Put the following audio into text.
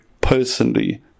personally